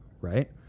right